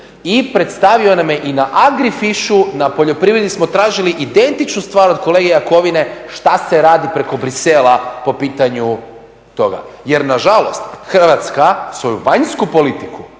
i predstavio nam je i na AGRIFISH-u na poljoprivredi smo tražili identičnu stvar od kolege Jakovine šta se radi preko Bruxellesa po pitanju toga. Jer nažalost Hrvatska svoju vanjsku politiku